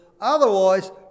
otherwise